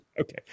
okay